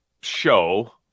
show